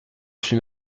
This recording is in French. suis